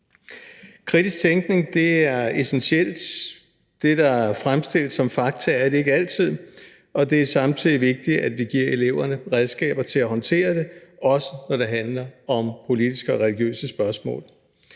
Kritisk tænkning er essentielt, det, der fremstilles som fakta, er det ikke altid, og det er samtidig vigtigt, at vi giver eleverne redskaber til at håndtere det, også når det handler om politiske og religiøse spørgsmål.